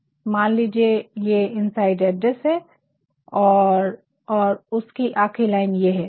मान मन लीजिये ये इनसाइड एड्रेस है और और उसकी आखिरी लाइन ये है